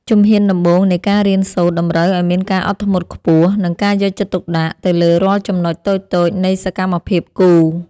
ជំហានដំបូងនៃការរៀនសូត្រតម្រូវឱ្យមានការអត់ធ្មត់ខ្ពស់ និង ការយកចិត្តទុកដាក់ទៅលើរាល់ចំណុចតូចៗនៃសកម្មភាពគូរ។